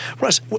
Russ